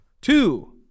Two